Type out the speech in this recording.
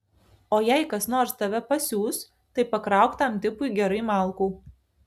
o jei kas nors tave pasiųs tai pakrauk tam tipui gerai malkų